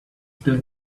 still